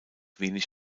wenig